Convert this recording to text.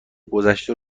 گذشته